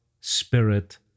spirit